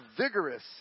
vigorous